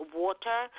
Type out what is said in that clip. water